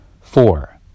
Four